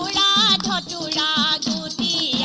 da da da da da